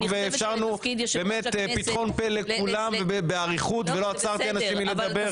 ואפשרנו פתחון פה לכולם ובאריכות ולא עצרתי אנשים מלדבר.